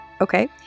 Okay